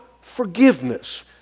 forgiveness